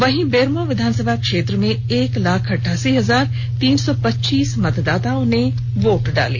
वहीं बेरमो विधानसभा क्षेत्र में एक लाख अठासी हजार तीन सौ पच्चीस मतदाताओं ने वोट डाले